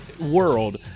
world